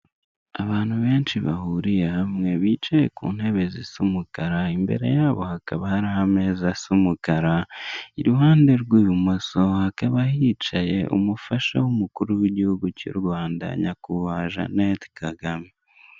Abantu benshi bahuriye hamwe bicaye ku ntebe zisa umukara imbere yabo hakaba hari ameza asa umukara iruhande rw'ibumoso hakaba hicaye umufasha w'umukuru w'igihugu cy'urwanda nyakubahwa Jannette Kagame.